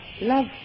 love